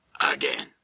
Again